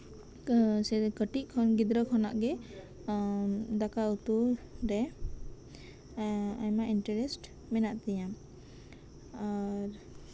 ᱠᱟᱹᱴᱤᱡ ᱠᱷᱚᱱ ᱜᱤᱫᱽᱨᱟᱹ ᱠᱷᱚᱱᱟᱜ ᱜᱮ ᱫᱟᱠᱟ ᱩᱛᱩᱨᱮ ᱟᱭᱢᱟ ᱤᱱᱴᱟᱨᱮᱥᱴ ᱢᱮᱱᱟᱜ ᱛᱤᱧᱟ ᱟᱨ